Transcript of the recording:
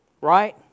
Right